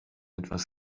etwas